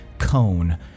cone